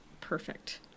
perfect